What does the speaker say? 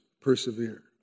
persevere